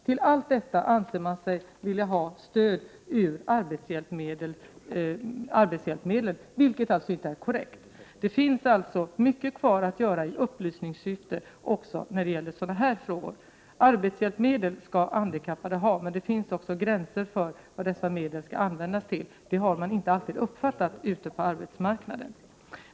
Till allt detta anser man sig vilja ha pengar från stödet till arbetshjälpmedel, vilket alltså inte är korrekt. Det finns mycket kvar att göra i upplysningssyfte också när det gäller sådana här frågor. Handikappade skall ha arbetshjälpmedel. Men det finns också gränser för vad detta stöd skall användas till. Det har man inte alltid uppfattat ute på arbetsmarknaden.